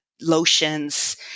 lotions